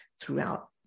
throughout